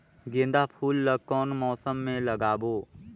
गेंदा फूल ल कौन मौसम मे लगाबो?